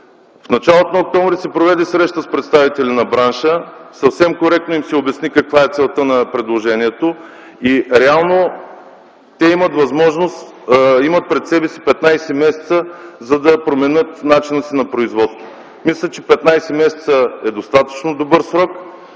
В началото на м. октомври се проведе среща с представители на бранша. Съвсем коректно им се обясни каква е целта на предложението. Реално те имат пред себе си 15 месеца, за да променят начина си на производство. Мисля, че 15 месеца е достатъчно добър срок.